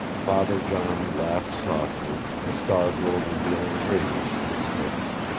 father john laughed softly, the star-glow revealing a radiance in his face.